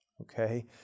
Okay